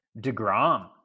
DeGrom